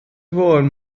fôn